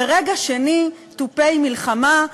ורגע שני תופי מלחמה.